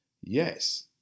Yes